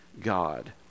God